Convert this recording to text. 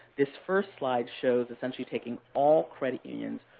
this first slide shows, essentially taking all credit unions,